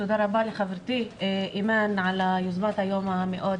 תודה רבה לחברתי אימאן על היוזמה של היום המאוד